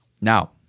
Now